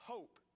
Hope